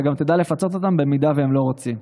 ותדע לפצות אותם במידה שהם לא רוצים.